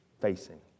facing